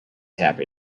happy